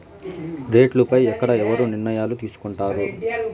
రేట్లు పై ఎక్కడ ఎవరు నిర్ణయాలు తీసుకొంటారు?